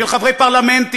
של חברי פרלמנטים,